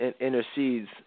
intercedes